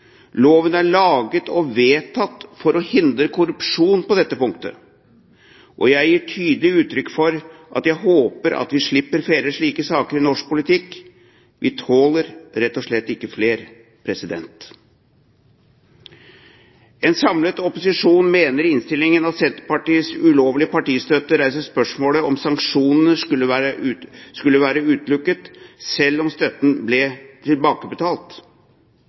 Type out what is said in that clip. Loven er laget og vedtatt for å hindre korrupsjon på dette punktet, og jeg gir tydelig uttrykk for at jeg håper at vi slipper flere slike saker i norsk politikk. Vi tåler rett og slett ikke flere. En samlet opposisjon mener i innstillingen at Senterpartiets ulovlige partistøtte reiser spørsmålet om sanksjoner skal være utelukket, selv om støtten ble tilbakebetalt.